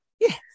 Yes